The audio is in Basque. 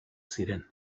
ziren